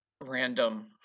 Random